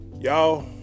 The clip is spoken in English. y'all